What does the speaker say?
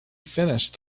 finished